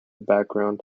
background